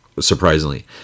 surprisingly